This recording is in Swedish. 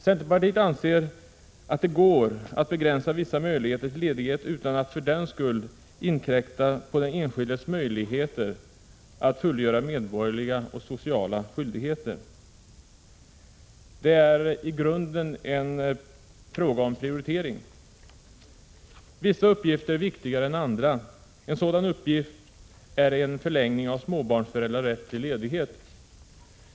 Centerpartiet anser att det går att begränsa vissa möjligheter till ledighet utan att för den skull inkräkta på den enskildes möjligheter att fullgöra medborgerliga eller sociala skyldigheter. Det är i grunden en fråga om prioritering. Vissa uppgifter är viktigare än andra. En sådan uppgift är en förlängning av småbarnsföräldrars rätt till ledighet.